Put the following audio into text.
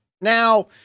Now